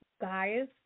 Guys